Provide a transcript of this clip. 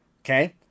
okay